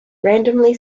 randomly